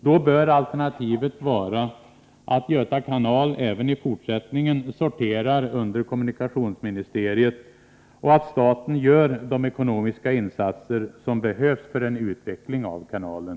Då bör Göta kanal även i fortsättningen sortera under kommunikationsministeriet och staten göra de ekonomiska insatser som behövs för en utveckling av kanalen.